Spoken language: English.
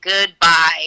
goodbye